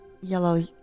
yellow